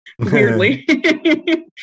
Weirdly